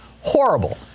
horrible